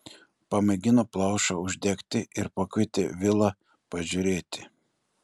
pamėgino plaušą uždegti ir pakvietė vilą pažiūrėti